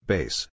Base